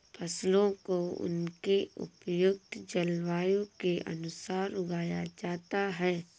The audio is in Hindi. फसलों को उनकी उपयुक्त जलवायु के अनुसार उगाया जाता है